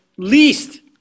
Least